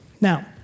Now